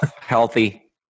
healthy